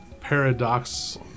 paradox